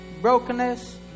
brokenness